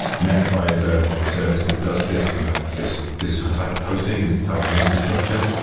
netlify is a service that does this kind of this this type of hosting and this type of infrastructure,